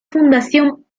fundación